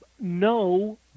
No